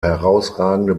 herausragende